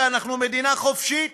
ואנחנו מדינה חופשית.